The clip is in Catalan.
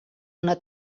una